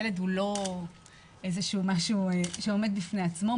ילד הוא לא משהו שעומד בפני עצמו,